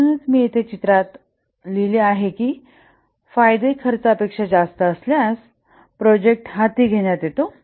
म्हणूनच मी येथे चित्रात लिहिले आहे की फायदे खर्चापेक्षा जास्त असल्यास प्रोजेक्ट हाती घेण्यात येतो